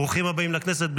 ברוכים הבאים לכנסת.